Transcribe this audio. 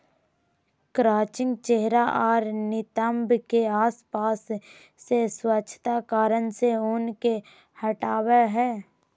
crutching चेहरा आर नितंब के आसपास से स्वच्छता कारण से ऊन के हटावय हइ